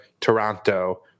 Toronto